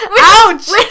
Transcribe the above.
Ouch